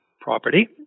property